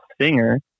singer